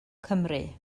cymru